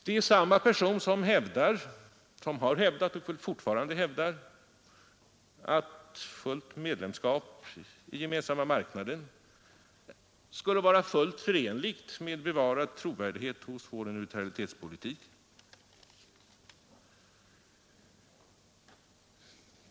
Det är samma person som har hävdat och fortfarande hävdar att fullt medlemskap i Gemensamma marknaden skulle vara fullt förenligt med bevarad trovärdighet hos vår neutralitetspolitik.